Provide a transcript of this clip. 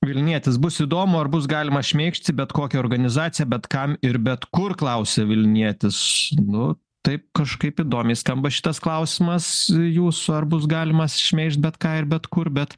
vilnietis bus įdomu ar bus galima šmeigžti bet kokią organizaciją bet kam ir bet kur klausia vilnietis nu tai kažkaip įdomiai skamba šitas klausimas jų svarbus galimas šmeižt bet ką ir bet kur bet